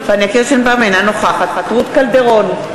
אינה נוכחת רות קלדרון,